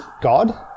God